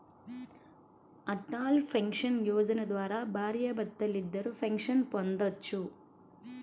Atal pension Yojana ద్వారా భార్యాభర్తలిద్దరూ pension పొందొచ్చు